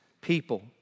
people